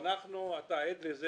אתה עד לכך